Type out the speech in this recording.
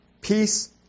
Peace